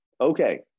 Okay